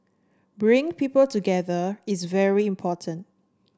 bringing people together is very important